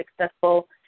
successful